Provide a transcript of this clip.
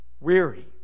Weary